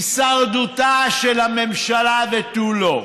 הישרדותה של הממשלה ותו לא,